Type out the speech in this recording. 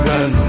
Run